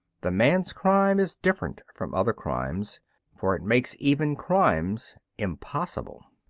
the man's crime is different from other crimes for it makes even crimes impossible.